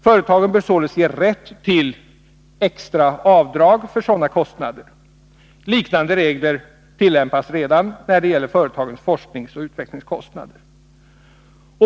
Företagen bör således ges rätt till extra avdrag för sådana kostnader. Liknande regler tillämpas redan när det gäller företagens forskningsoch utvecklingskostnader.